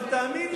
אבל תאמין לי,